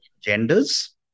genders